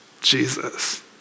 Jesus